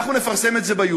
אנחנו נפרסם את זה ב"יוטיוב",